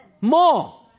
More